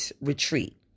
retreat